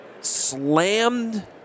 slammed